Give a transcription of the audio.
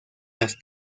las